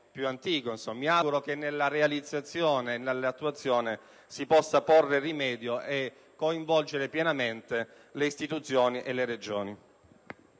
Mi auguro che nella realizzazione e nell'attuazione dello stesso si possa porre rimedio e coinvolgere pienamente le istituzioni e le Regioni.